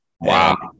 Wow